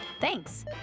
Thanks